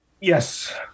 Yes